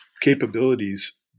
capabilities